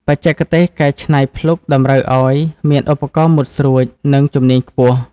បច្ចេកទេសកែច្នៃភ្លុកតម្រូវឱ្យមានឧបករណ៍មុតស្រួច និងជំនាញខ្ពស់។